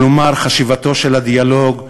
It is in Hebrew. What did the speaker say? כלומר חשיבותו של הדיאלוג,